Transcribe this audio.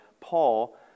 Paul